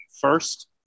first